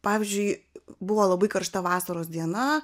pavyzdžiui buvo labai karšta vasaros diena